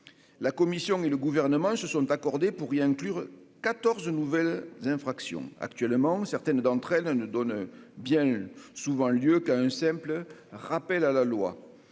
la commission et le gouvernement se sont accordés pour y inclure 14 nouvelles infractions actuellement, certaines d'entre elles ne donne bien souvent lieu qu'à un simple rappel à la loi,